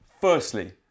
Firstly